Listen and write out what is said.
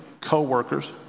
co-workers